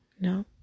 no